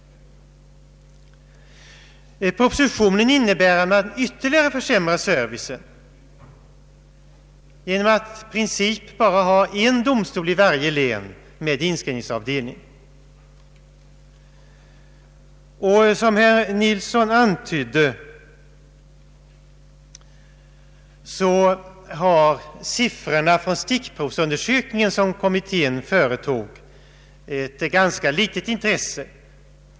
Propositionen innebär att man ytterligare försämrar servicen genom att i princip bara ha en domstol i varje län med inskrivningsavdelning. Som herr Nilsson antydde, har siffrorna från den stickprovsundersökning som kommittén företog ett ganska litet intresse.